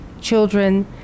children